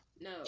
no